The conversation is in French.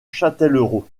châtellerault